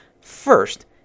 First